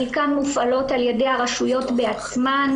חלקן מופעלות על ידי הראשויות בעצמן,